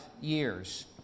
years